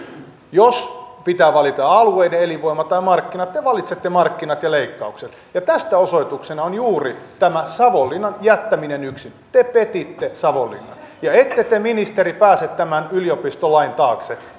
jos pitää valita alueiden elinvoima tai markkinat te valitsette markkinat ja leikkaukset ja tästä osoituksena on juuri tämä savonlinnan jättäminen yksin te petitte savonlinnan ja ette te ministeri pääse tämän yliopistolain taakse